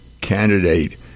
candidate